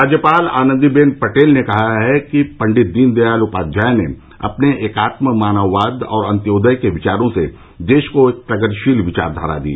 राज्यपाल आनंदी बेन पटेल ने कहा है कि पंडित दीनदयाल उपाध्याय ने अपने एकात्म मानववाद और अंत्योदय के विचारों से देश को एक प्रगतिशील विचारधारा दी